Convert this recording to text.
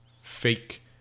fake